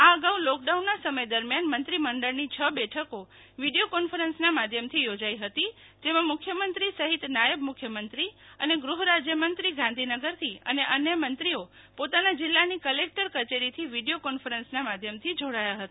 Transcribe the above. આ અગાઉ લોકડાઉનના સમય દરમિયાન મંત્રીમંડળની છ બેઠકો વિડીયો કોન્ફરન્સના માધ્યમથી યોજાઈ હતી જેમાં મુખ્યમંત્રી સહિત નાયબ મુખ્યમંત્રી અને ગૃહરાજ્યમંત્રી ગાંધીનગરથી અને મંત્રીઓ પોતાના જિલ્લાની કલેકટર કચેરીથી વિડીયો કોન્ફરન્સના માધ્યમથી જોડાયા હતા